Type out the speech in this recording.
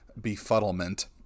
befuddlement